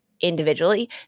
individually